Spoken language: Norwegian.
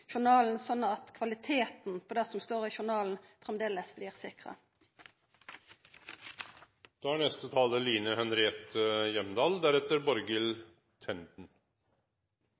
journalen, altså at kvaliteten på det som står i journalen, blir sikra.